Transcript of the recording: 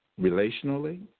relationally